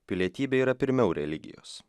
pilietybė yra pirmiau religijos